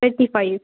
thirty five